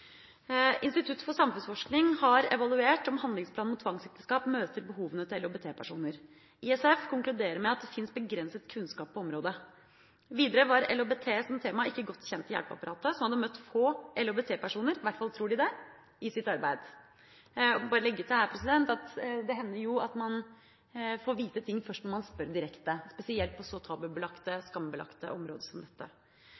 Institutt for samfunnsforskning, ISF, har vurdert om handlingsplanen mot tvangsekteskap møter behovene til LHBT-personer. ISF konkluderer med at det fins begrenset kunnskap på området. Videre var LHBT som tema ikke godt kjent i hjelpeapparatet, som hadde møtt få LHBT-personer – i hvert fall tror de det – i sitt arbeid. Jeg vil bare legge til at det hender jo at man får vite ting først når man spør direkte, spesielt på så tabubelagte